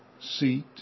seat